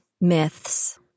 myths